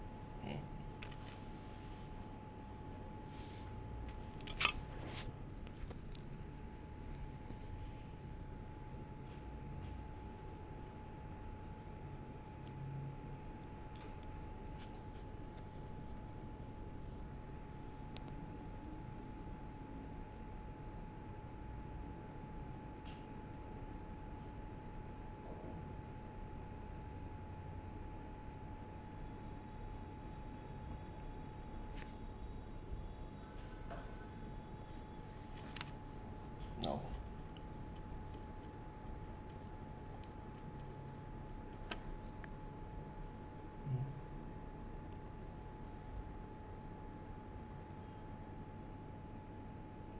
no mm